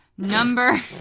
Number